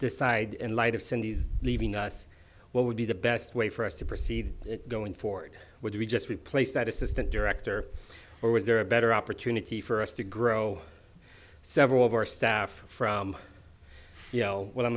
decide in light of cindy's leaving us what would be the best way for us to proceed going forward would we just replace that assistant director or was there a better opportunity for us to grow several of our staff from you know what i'm